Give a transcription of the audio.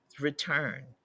return